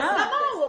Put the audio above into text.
אבל בהסכמה.